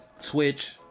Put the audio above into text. Twitch